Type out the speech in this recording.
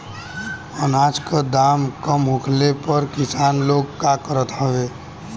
अनाज क दाम कम होखले पर किसान लोग का करत हवे?